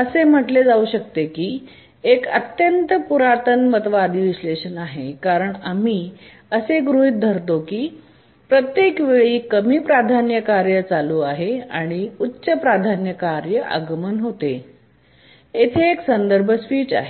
असे म्हटले जाऊ शकते की हे एक अत्यंत पुराणमतवादी विश्लेषण आहे कारण आम्ही असे गृहित धरत आहोत की प्रत्येक वेळी कमी प्राधान्य कार्य चालू आहे आणि उच्च प्राधान्य कार्य आगमन तेथे एक संदर्भ स्विच आहे